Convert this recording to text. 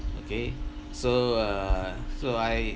okay so err so I